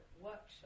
workshop